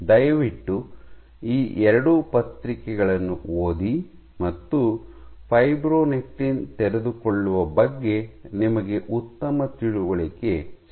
ದಯವಿಟ್ಟು ಈ ಎರಡು ಪತ್ರಿಕೆಗಳನ್ನು ಓದಿ ಮತ್ತು ಫೈಬ್ರೊನೆಕ್ಟಿನ್ ತೆರೆದುಕೊಳ್ಳುವ ಬಗ್ಗೆ ನಿಮಗೆ ಉತ್ತಮ ತಿಳುವಳಿಕೆ ಸಿಗುತ್ತದೆ